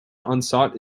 unsought